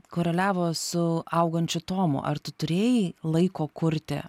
koreliavo su augančiu tomu ar tu turėjai laiko kurti